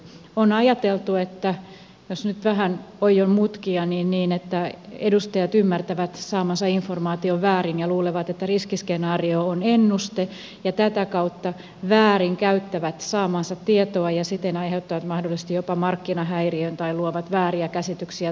on ajateltu niin jos nyt vähän oion mutkia että edustajat ymmärtävät saamansa informaation väärin ja luulevat että riskiskenaario on ennuste ja tätä kautta väärin käyttävät saamaansa tietoa ja siten aiheuttavat mahdollisesti jopa markkinahäiriön tai luovat vääriä käsityksiä todellisuudesta